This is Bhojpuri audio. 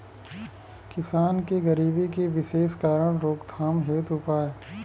किसान के गरीबी के विशेष कारण रोकथाम हेतु उपाय?